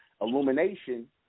Illumination